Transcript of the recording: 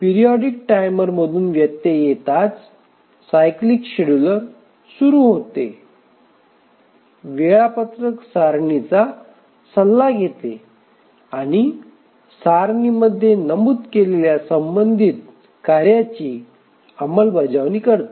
periodic टाइमरमधून व्यत्यय येताच सायक्लीक शेड्यूलर सुरू होते वेळापत्रक सारणीचा सल्ला घेते आणि सारणीमध्ये नमूद केलेल्या संबंधित कार्याची अंमलबजावणी करते